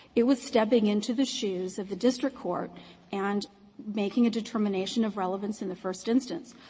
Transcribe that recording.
it was stepping into the shoes of the district court and making a determination of relevance in the first instance.